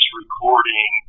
recording